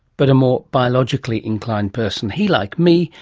but a more biologically inclined person. he, like me,